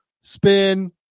spin